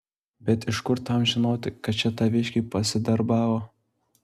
bet iš kur tam žinoti kad čia taviškiai pasidarbavo